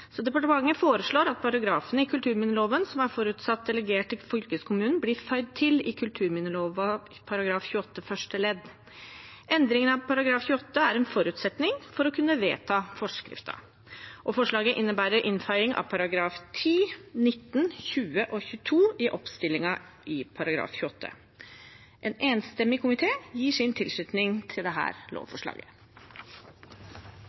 så departementet foreslår at paragrafene i kulturminneloven som er forutsatt delegert til fylkeskommunene, blir føyd til kulturminneloven § 28 første ledd. Endringen av § 28 er en forutsetning for å kunne vedta forskriften. Forslaget innebærer innføying av §§ 10, 19, 20 og 22 i oppstillingen i § 28. En enstemmig komité gir sin tilslutning til